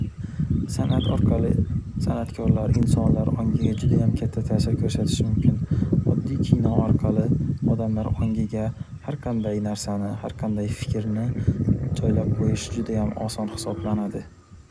San’at orqali san’atkorlar insonlar ongiga judayam katta ta’sir ko’rsatishi mumkin. Oddiy kino orqali odamlar ongiga har qanday narsani, har qanday fikrni joylab qo’yish judayam oson hisoblanadi.